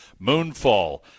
Moonfall